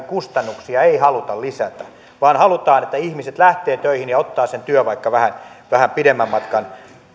kustannuksia ei haluta lisätä vaan halutaan että ihmiset lähtevät töihin ja ottavat sen työn vaikka vähän vähän pidemmän matkan